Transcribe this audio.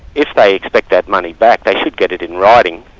if they expect that money back they should get it in writing,